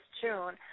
June